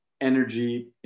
energy